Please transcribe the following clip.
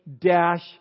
dash